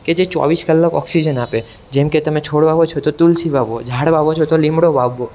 કે જે ચોવીસ કલાક ઑક્સીજન આપે જેમકે તમે છોડ વાવો છો તો તુલસી વાવો ઝાડ વાવો છો તો લીમડો વાવો